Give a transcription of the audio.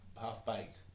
Half-Baked